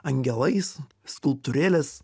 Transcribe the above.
angelais skulptūrėlės